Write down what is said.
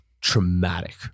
traumatic